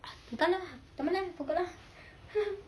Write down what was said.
entah lah tangan lah pukul lah